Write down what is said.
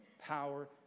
power